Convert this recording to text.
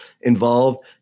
involved